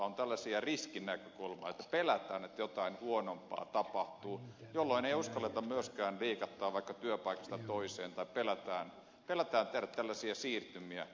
on tällainen riskinäkökulma että pelätään että jotain huonompaa tapahtuu jolloin ei uskalleta myöskään liikahtaa vaikka työpaikasta toiseen tai pelätään tehdä tällaisia siirtymiä